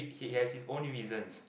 he has his own reasons